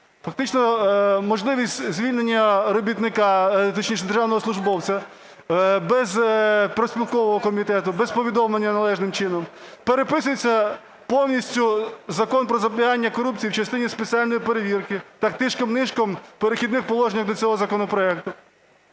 Фактично можливість звільнення робітника, точніше, державного службовця без профспілкового комітету, без повідомлення належним чином, переписується повністю Закон "Про запобігання корупції" в частині спеціальної перевірки тишком-нишком в "Перехідних положеннях" до цього законопроекту.